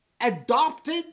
adopted